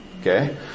Okay